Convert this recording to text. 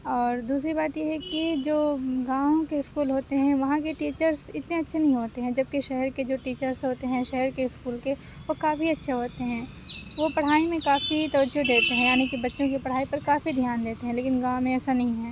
اور دوسری بات یہ ہے کہ جو گاؤں کے اسکول ہوتے ہیں وہاں کے ٹیچرس اتنے اچھے نہیں ہوتے ہیں جبکہ شہر کے جو ٹیچرس ہوتے ہیں شہر کے اسکول کے وہ کافی اچھے ہوتے ہیں وہ پڑھائی میں کافی توجہ دیتے ہیں یعنی کہ بچوں کی پڑھائی پر کافی دھیان دیتے ہیں لیکن گاؤں میں ایسا نہیں ہے